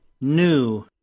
New